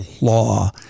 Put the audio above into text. law